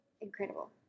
incredible